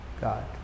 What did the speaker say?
God